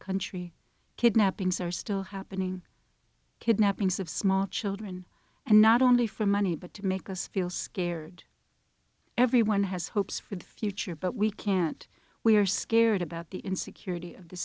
country kidnappings are still happening kidnappings of small children and not only for money but to make us feel scared everyone has hopes for the future but we can't we are scared about the insecurity of the